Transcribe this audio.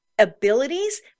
abilities